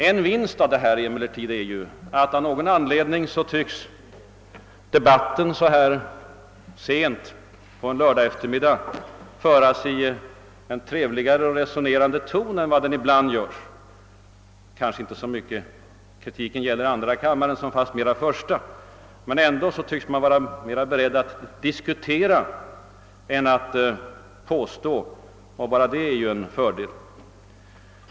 En enda vinst har dock debatten så här sent en lördagseftermiddag nämligen den att den av någon anledning kunnat föras i en trevligare och mera resonerande ton än vad som annars brukar vara fallet. Kanske kritiken mot tonläget i år inte så mycket gällt andra kammaren som fastmera första. Här tycks man i år ha varit mera beredd att diskutera än att påstå, och redan det är ju en fördel.